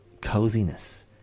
coziness